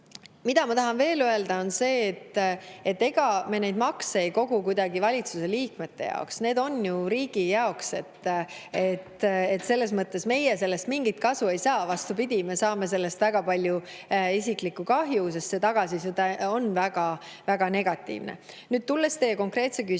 mida ma tahan veel öelda, on see, et ega me neid makse ei kogu kuidagi valitsuse liikmete jaoks. Need on ju riigi jaoks. Selles mõttes meie sellest mingit kasu ei saa, vastupidi, me saame sellest väga palju isiklikku kahju, sest tagasiside on väga negatiivne. Tulles teie konkreetse küsimuse